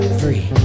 free